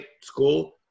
school